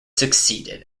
succeeded